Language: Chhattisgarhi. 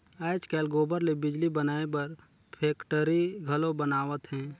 आयज कायल गोबर ले बिजली बनाए बर फेकटरी घलो बनावत हें